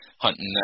hunting